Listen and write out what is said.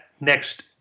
next